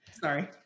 sorry